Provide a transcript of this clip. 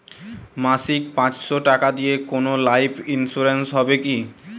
মাসিক পাঁচশো টাকা দিয়ে কোনো লাইফ ইন্সুরেন্স হবে কি?